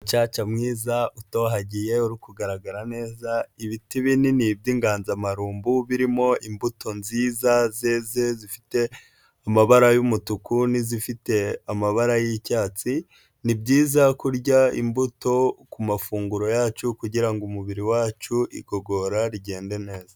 Umucaca mwiza utohagiye uri kugaragara neza, ibiti binini by'inganzamarumbu birimo imbuto nziza, zeze zifite amabara y'umutuku n'izifite amabara y'icyatsi, ni byiza kurya imbuto ku mafunguro yacu kugira ngo umubiri wacu igogora rigende neza.